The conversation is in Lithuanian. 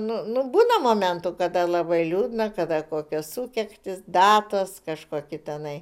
nu nu būna momentų kada labai liūdna kada kokios sukaktys datos kažkokį tenai